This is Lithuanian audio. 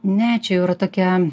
ne čia jau yra tokia